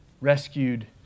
rescued